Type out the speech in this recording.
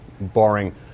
barring